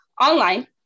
online